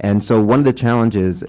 and so one of the challenges